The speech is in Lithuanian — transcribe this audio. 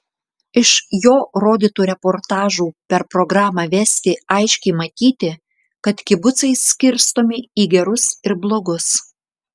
iš jo rodytų reportažų per programą vesti aiškiai matyti kad kibucai skirstomi į gerus ir blogus